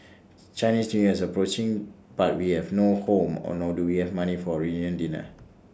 Chinese New Year is approaching but we have no home or nor do we have money for A reunion dinner